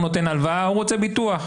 הוא נותן הלוואה, הוא רוצה ביטוח.